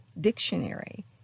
dictionary